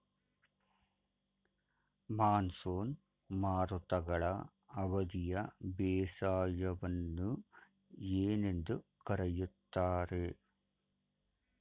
Monsoon ಮಾರುತಗಳ ಅವಧಿಯ ಬೇಸಾಯವನ್ನು ಏನೆಂದು ಕರೆಯುತ್ತಾರೆ?